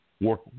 work